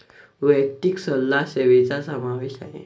वैयक्तिक सल्ला सेवेचा समावेश आहे